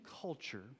culture